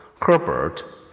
Herbert